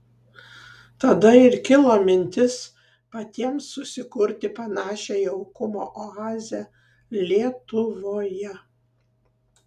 tada ir kilo mintis patiems susikurti panašią jaukumo oazę lietuvoje